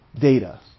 Data